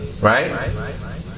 right